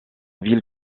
ville